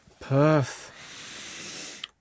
Perth